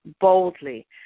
boldly